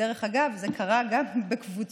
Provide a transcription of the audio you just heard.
דרך אגב, זה קרה גם בקבוצות